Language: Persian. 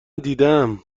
دیدم